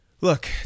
look